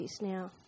now